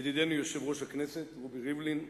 ידידנו יושב-ראש הכנסת רובי ריבלין,